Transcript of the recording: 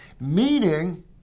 meaning